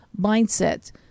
mindset